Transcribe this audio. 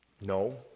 No